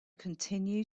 continue